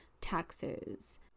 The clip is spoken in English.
taxes